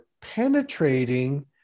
penetrating